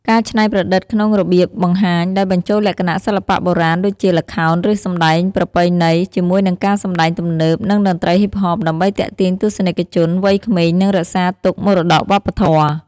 ការច្នៃប្រឌិតក្នុងរបៀបបង្ហាញ ដោយបញ្ចូលលក្ខណៈសិល្បៈបុរាណ ដូចជា ល្ខោន ឬសម្តែងប្រពៃណី ជាមួយនឹងការសម្តែងទំនើប និងតន្ត្រីហ៊ីបហប ដើម្បីទាក់ទាញទស្សនិកជន វ័យក្មេង និងរក្សាទុកមរតកវប្បធម៌។